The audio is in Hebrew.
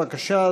בבקשה,